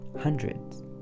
Hundreds